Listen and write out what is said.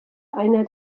einer